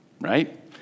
right